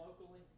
locally